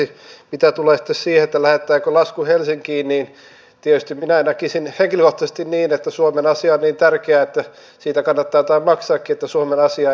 mitä tulee sitten siihen lähetetäänkö lasku helsinkiin niin tietysti minä näkisin henkilökohtaisesti niin että suomen asia on niin tärkeä että siitä kannattaa jotain maksaakin että suomen asiaa edistetään tällaisessa yhteistyössä